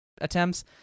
attempts